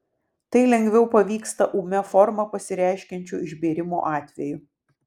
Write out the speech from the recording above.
tai lengviau pavyksta ūmia forma pasireiškiančio išbėrimo atveju